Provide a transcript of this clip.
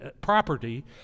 property